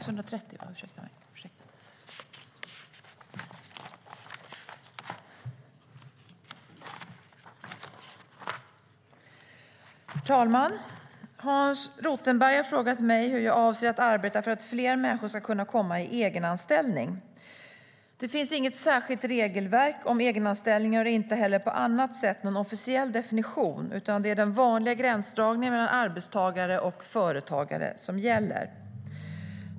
Herr talman! Hans Rothenberg har frågat mig hur jag avser att arbeta för att fler människor ska kunna komma in i egenanställning. Det finns inget särskilt regelverk om egenanställningar och inte heller på annat sätt någon officiell definition, utan det är den vanliga gränsdragningen mellan arbetstagare och företagare som gäller.